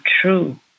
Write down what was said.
true